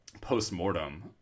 post-mortem